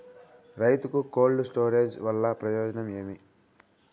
రైతుకు cold storage వల్ల ప్రయోజనం ఏమి?